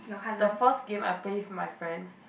the first game I play with my friends